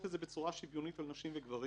את זה בצורה שוויונית על נשים וגברים?